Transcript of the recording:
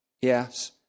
Yes